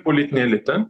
politinį elitą